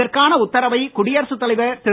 இதற்கான உத்தரவை குடியரசு தலைவர் திரு